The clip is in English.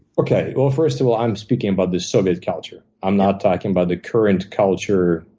okay. well, first of all, i'm speaking about the soviet culture. i'm not talking about the current culture,